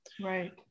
right